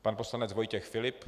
Pan poslanec Vojtěch Filip.